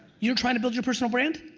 you're trying to build your personal brand?